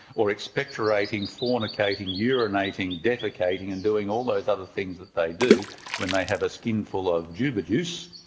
or expectorating, fornicating, urinating, defecating and doing all those other things they do when they have a skinful of juba juice,